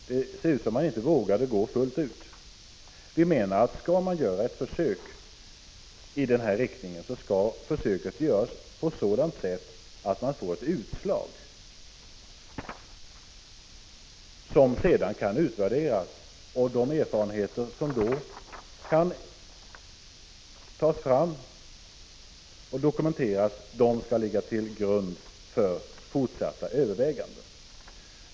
Det ser ut som om man inte vågade gå fullt ut. Vi menar att skall man göra ett försök i den här riktningen, skall försöket göras på ett sådant sätt att man får ett utslag, som sedan kan utvärderas. De erfarenheter som då kan tas fram och dokumenteras skall ligga till grund för fortsatta överväganden.